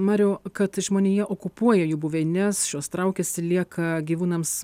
mariau kad žmonija okupuoja jų buveines šios traukiasi lieka gyvūnams